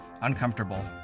Uncomfortable